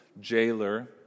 jailer